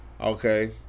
Okay